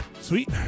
Sweet